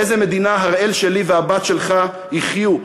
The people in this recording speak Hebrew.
באיזו מדינה הראל שלי והבת שלך יחיו?